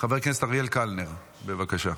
חבר הכנסת אריאל קלנר, בבקשה.